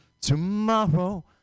tomorrow